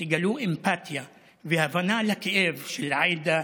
שתגלו אמפתיה והבנה לכאב של עאידה,